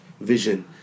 vision